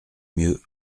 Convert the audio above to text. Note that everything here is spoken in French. mieux